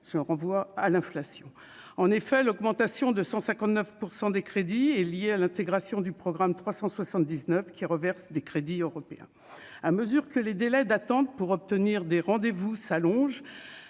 je renvoie à l'inflation, en effet, l'augmentation de 100 59 % des crédits et liée à l'intégration du programme 379 qui reverse des crédits européens à mesure que les délais d'attente pour obtenir des rendez vous s'allonge